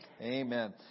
Amen